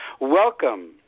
Welcome